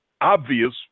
obvious